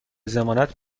ضمانت